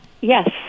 Yes